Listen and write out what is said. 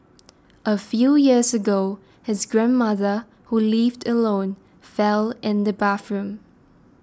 a few years ago his grandmother who lived alone fell in the bathroom